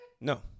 No